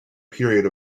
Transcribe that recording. period